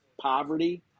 poverty